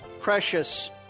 precious